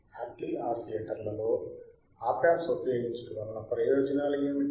Hartley ఆసిలేటర్లలో op amps ఉపయోగించుట వలన ప్రయోజనాలు ఏమిటి